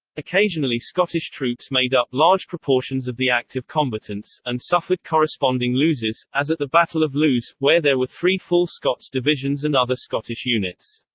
occasionally scottish troops made up large proportions of the active combatants, and suffered corresponding loses, as at the battle of loos, where there were three full scots divisions and other scottish units.